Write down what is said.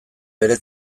bere